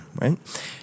right